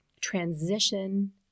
transition